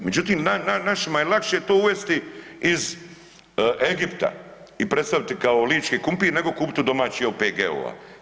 Međutim, našima je lakše to uvesti iz Egipta i predstaviti kao lički kumpir nego kupiti od domaćih OPG-ova.